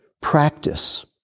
practice